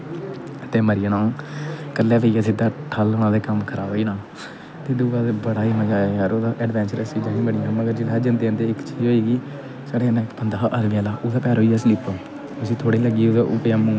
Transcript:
मरी आना आ'ऊं खल्ल पेइयै सीधा ठाह् ते कम्म खराब होई आना दूआ ते बड़ा ही मजा आया यार उ'दा एडवैंचर्स हियां ओह् कड़ियां ओह्दे च आहें जंदे जंदे इक चीज होई साढ़े कन्नै इक बंदा गेदा हा उ'दा पैर होइया स्लिप उसी थोह्ड़ी लगी ते मुहां दे पार खल्लें